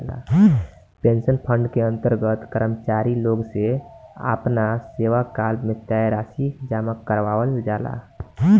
pension fund के अंतर्गत कर्मचारी लोग से आपना सेवाकाल में तय राशि जामा करावल जाला